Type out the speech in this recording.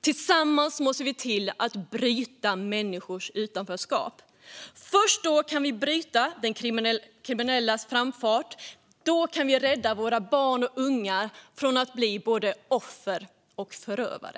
Tillsammans måste vi se till att bryta människors utanförskap. Först då kan vi bryta de kriminellas framfart och rädda våra barn och unga från att bli både offer och förövare.